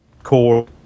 core